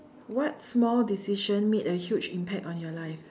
what small decision made a huge impact on your life